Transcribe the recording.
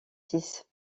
six